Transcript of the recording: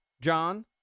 John